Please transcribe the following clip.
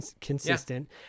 consistent